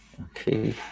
okay